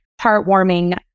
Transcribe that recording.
heartwarming